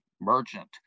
merchant